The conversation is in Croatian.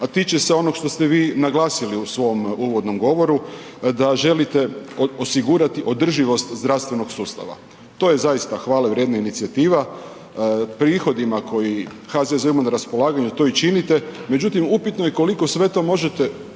a tiče se onog što ste vi naglasili u svom uvodnom govoru da želite osigurati održivost zdravstvenog sustava, to je zaista hvale vrijedna inicijativa, prihodima koji HZZO ima na raspolaganju to i činite, međutim upitno je koliko sve to možete